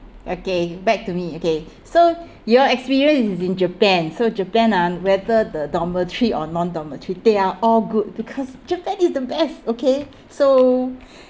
okay back to me okay so your experience is in japan so japan ah whether the dormitory or non-dormitory they are all good because japan is the best okay so